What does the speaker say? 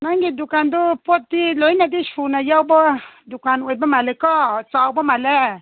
ꯅꯪꯒꯤ ꯗꯨꯀꯥꯟꯗꯨ ꯄꯣꯠꯇꯤ ꯂꯣꯏꯅꯗꯤ ꯁꯨꯅ ꯌꯥꯎꯕ ꯗꯨꯀꯥꯟ ꯑꯣꯏꯕ ꯃꯥꯜꯂꯦꯀꯣ ꯆꯥꯎꯕ ꯃꯥꯜꯂꯦ